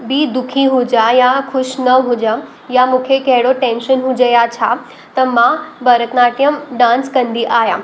बि दुखी हुजां या ख़ुशि न हुजां या मूंखे कहिड़ो टेंशन हुजे या छा त मां भरतनाट्यम डांस कंदी आहियां